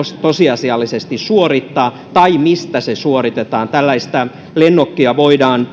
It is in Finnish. tosiasiallisesti suorittaa tai mistä se suoritetaan tällaista lennokkia voidaan